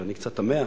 ואני קצת תמה,